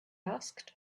asked